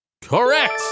correct